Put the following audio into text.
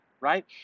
right